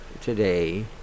today